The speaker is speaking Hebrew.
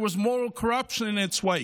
there was moral corruption in its wake.